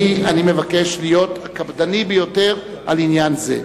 אני מבקש להיות קפדני ביותר בעניין זה.